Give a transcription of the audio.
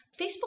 Facebook